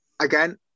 again